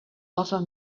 offer